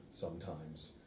sometimes